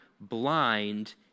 blind